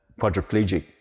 quadriplegic